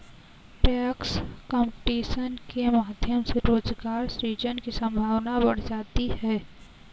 tax competition के माध्यम से रोजगार सृजन की संभावना बढ़ जाती है